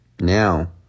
now